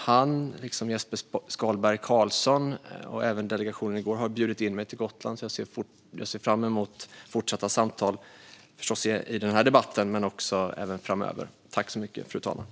Han, liksom Jesper Skalberg Karlsson och även delegationen i går, har bjudit in mig till Gotland. Jag ser fram emot fortsatta samtal i den här debatten men även fortsatt dialog framöver.